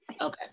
okay